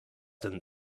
than